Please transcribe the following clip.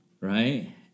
Right